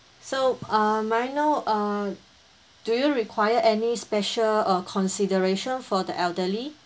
so uh may I know uh do you require any special uh consideration for the elderly